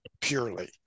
purely